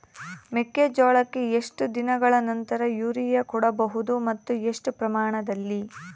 ಮೆಕ್ಕೆಜೋಳಕ್ಕೆ ಎಷ್ಟು ದಿನಗಳ ನಂತರ ಯೂರಿಯಾ ಕೊಡಬಹುದು ಮತ್ತು ಎಷ್ಟು ಪ್ರಮಾಣದಲ್ಲಿ?